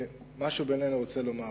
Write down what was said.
משהו בינינו אני רוצה לומר.